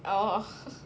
oh